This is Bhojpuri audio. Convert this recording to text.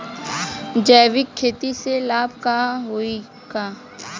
जैविक खेती से लाभ होई का?